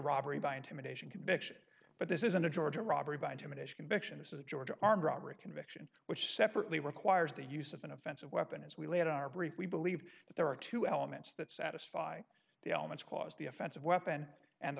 robbery by intimidation conviction but this isn't a georgia robbery by intimidation conviction this is a georgia armed robbery conviction which separately requires the use of an offensive weapon as we laid our brief we believe that there are two elements that satisfy the elements cause the offensive weapon and the